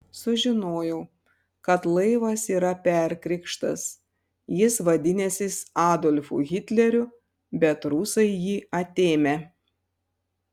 sužinojau kad laivas yra perkrikštas jis vadinęsis adolfu hitleriu bet rusai jį atėmę